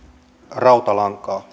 rautalankaa